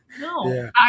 No